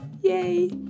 Yay